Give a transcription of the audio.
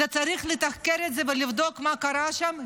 צריך לתחקר את זה ולבדוק מה קרה שם?